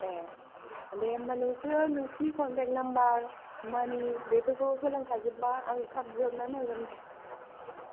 ए दे होमबा नोंसोरो नोंसिनि कन्टेक नाम्बार मानि बेफोरखौ होलां खाजोब्बा आं थाब बिहरनानै होगोन